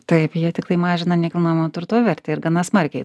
taip jie tiktai mažina nekilnojamo turto vertę ir gana smarkiai